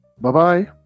Bye-bye